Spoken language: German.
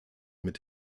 mit